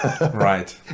Right